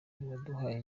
yaduhaye